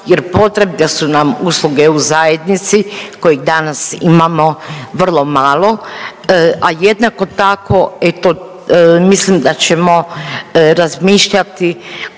jer potrebne su nam usluge u zajednici kojih danas imamo vrlo malo, a jednako tako e, to mislim da ćemo razmišljati